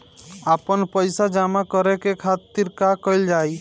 आपन पइसा जमा करे के खातिर का कइल जाइ?